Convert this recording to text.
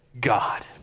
God